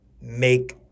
make